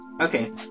Okay